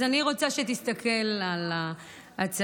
יש הרבה הוכחות פה בדיונים,